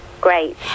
great